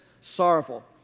sorrowful